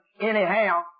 anyhow